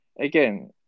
again